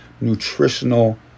nutritional